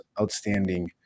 outstanding